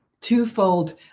twofold